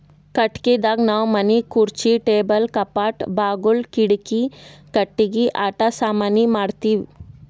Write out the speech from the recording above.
ಕಟ್ಟಿಗಿದಾಗ್ ನಾವ್ ಮನಿಗ್ ಖುರ್ಚಿ ಟೇಬಲ್ ಕಪಾಟ್ ಬಾಗುಲ್ ಕಿಡಿಕಿ ಕಟ್ಟಿಗಿ ಆಟ ಸಾಮಾನಿ ಮಾಡ್ತೀವಿ